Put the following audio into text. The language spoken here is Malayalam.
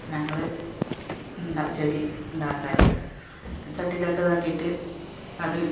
ഞങ്ങൾ ചെടി ഉണ്ടാക്കാറ് ചട്ടിയിലൊക്കെ ഇതാക്കിയിട്ട് അത്